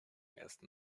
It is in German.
ersten